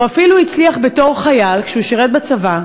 הוא אפילו הצליח בתור חייל, כשהוא שירת בצבא,